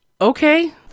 Okay